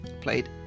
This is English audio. played